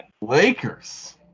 Lakers